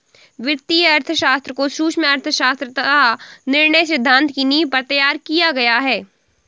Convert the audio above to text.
वित्तीय अर्थशास्त्र को सूक्ष्म अर्थशास्त्र तथा निर्णय सिद्धांत की नींव पर तैयार किया गया है